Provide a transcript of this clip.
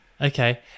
okay